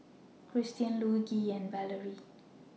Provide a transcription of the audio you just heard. Christian Luigi and Valarie